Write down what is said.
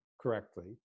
correctly